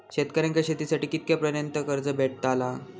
शेतकऱ्यांका शेतीसाठी कितक्या पर्यंत कर्ज भेटताला?